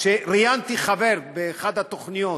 כאשר ראיינתי חבר באחת התוכניות